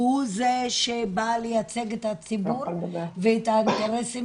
והוא זה שבא לייצג את הציבור ואת האינטרסים